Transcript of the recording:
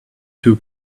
two